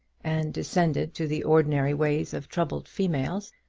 and descended to the ordinary ways of troubled females,